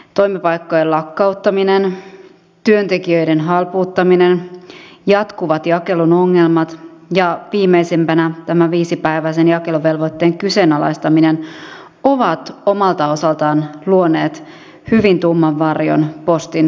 toimipaikkojen lakkauttaminen työntekijöiden halpuuttaminen jatkuvat jakelun ongelmat ja viimeisimpänä tämä viisipäiväisen jakeluvelvoitteen kyseenalaistaminen ovat omalta osaltaan luoneet hyvin tumman varjon postin toiminnan ylle